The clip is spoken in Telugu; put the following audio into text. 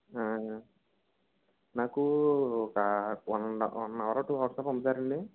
నాకు ఒక one and one hour two అవర్స్లో పంపుతారండి